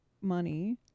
money